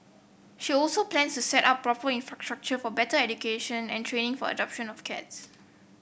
she also plans to set up proper infrastructure for better education and training for adoption of cats